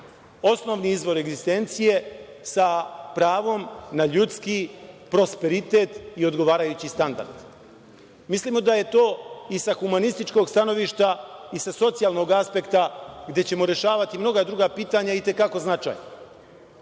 osnovni izvor egzistencije sa pravom na ljudski prosperitet i odgovarajući standard. Mislimo da je to i sa humanističkog stanovišta i sa socijalnog aspekta, gde ćemo rešavati mnoga druga pitanja, i te kako značajno. Iskreno